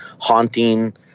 haunting